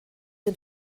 dem